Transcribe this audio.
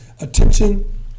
attention